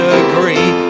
agree